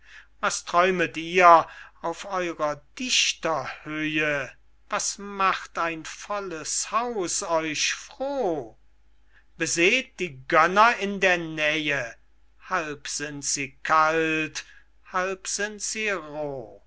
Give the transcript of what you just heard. was träumet ihr auf eurer dichter höhe was macht ein volles haus euch froh beseht die gönner in der nähe halb sind sie kalt halb sind